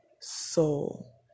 soul